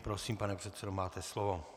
Prosím, pane předsedo, máte slovo.